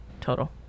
total